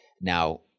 Now